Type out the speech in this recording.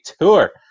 Tour